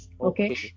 okay